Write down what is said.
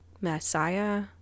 Messiah